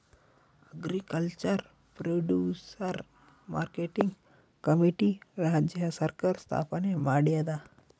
agriculture producer marketing committee ರಾಜ್ಯ ಸರ್ಕಾರ್ ಸ್ಥಾಪನೆ ಮಾಡ್ಯಾದ